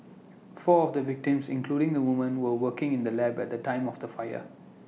four of the victims including the woman were working in the lab at the time of the fire